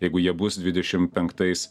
jeigu jie bus dvidešim penktais